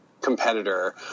competitor